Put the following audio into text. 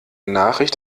nachricht